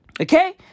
Okay